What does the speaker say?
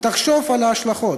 תחשוב על ההשלכות.